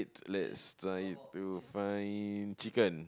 let's try to find chicken